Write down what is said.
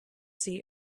see